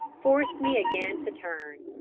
forced me again to turn.